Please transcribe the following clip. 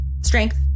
strength